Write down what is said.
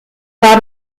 war